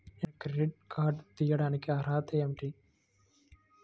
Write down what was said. నేను credit card తీయడానికి అర్హత ఏమిటి?